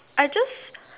I just